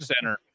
center